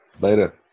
Later